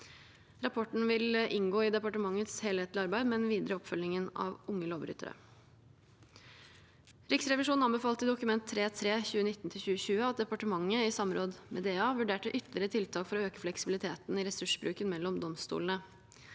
Rapporten vil inngå i departementets helhetlige arbeid med den videre oppfølgingen av unge lovbrytere. Riksrevisjonen anbefalte i Dokument 3:3 for 2019– 2020 at departementet i samråd med Domstoladministrasjonen vurderte ytterligere tiltak for å øke fleksibiliteten i ressursbruken mellom domstolene.